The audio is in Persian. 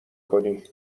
کنی